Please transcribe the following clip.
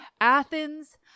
Athens